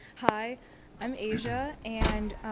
hi i'm aysia and